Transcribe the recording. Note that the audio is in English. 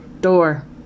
door